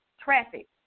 traffic